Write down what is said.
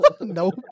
Nope